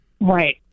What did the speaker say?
Right